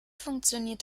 funktioniert